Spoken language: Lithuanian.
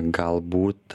gal būt